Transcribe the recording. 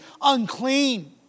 unclean